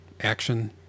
action